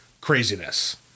craziness